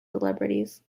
celebrities